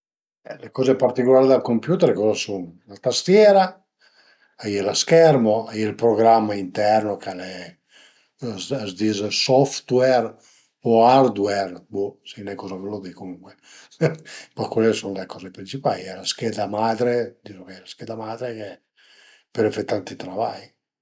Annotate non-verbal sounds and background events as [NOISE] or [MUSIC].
Le coze particulari dël computer coza sun, la tastiera, a ie lë schermo, a ie ël prugramma interno ch'al e, a s'dis software o hardware bo, sai nen coza a völu di comuncue [NOISE] ma cule li a sun le coze principai, a ie la scheda madre, a dizu ch'a ie la schedra madre che pöle fe tanti travai